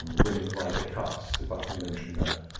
winning ryder cups, if i can mention that,